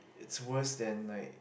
it's worse than like